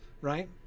right